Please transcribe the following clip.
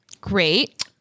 Great